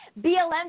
BLM